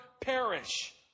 perish